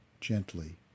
gently